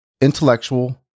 intellectual